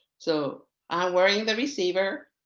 so i'm wearing the receiver.